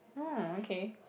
oh okay